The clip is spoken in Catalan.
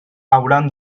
hauran